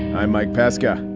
i'm mike pesca.